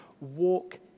Walk